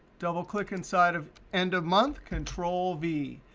double click inside of end of month, control v.